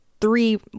three